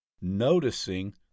noticing